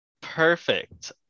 Perfect